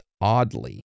oddly